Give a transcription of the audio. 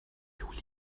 juli